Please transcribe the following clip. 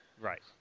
Right